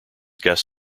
guest